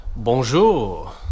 Bonjour